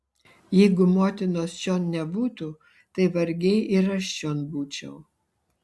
jeigu motinos čion nebūtų tai vargiai ir aš čion būčiau